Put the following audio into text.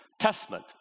Testament